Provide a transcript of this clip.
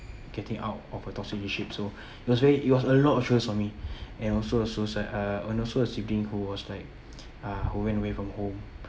getting out of a toxic relationship so it was very it was a lot of stress on me and also a suicide uh and also a sibling who was like uh who ran away from home